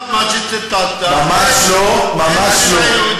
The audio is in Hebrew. עד עכשיו, במה שציטטת אין "מדינה יהודית".